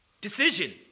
decision